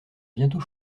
bientôt